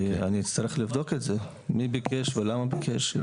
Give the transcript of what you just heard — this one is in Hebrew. אני אצטרך לבדוק את זה, מי ביקש ולמה ביקש.